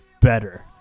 better